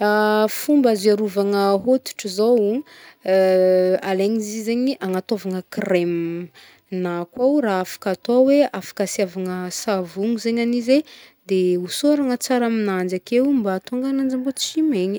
Fomba azo hiarovagna hodotro zao, alaigny izy zegny agnataovagna creme, na koa ho raha afaka atao hoa afaka asiavagna savogno zegny izy de hôsoragna tsara aminanjy akeo mba ahatonga agnanjy mbô tsy ho megny.